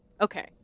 Okay